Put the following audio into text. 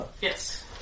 Yes